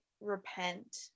repent